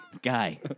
Guy